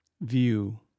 view